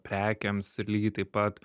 prekėms ir lygiai taip pat